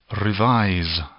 Revise